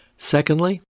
Secondly